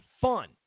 fun